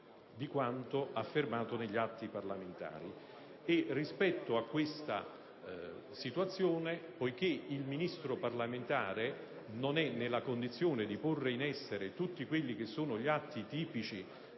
di quanto affermato negli atti parlamentari. Rispetto a questa situazione, poiché il ministro-parlamentare non è nella condizione di porre in essere tutti gli atti tipici